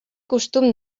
costum